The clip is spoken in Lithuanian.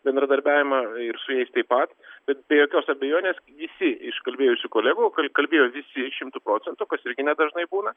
bendradarbiavimą ir su jais taip pat bet be jokios abejonės visi iš kalbėjusių kolegų kal kalbėjo visi šimtu procentų kas irgi nedažnai būna